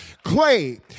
Clay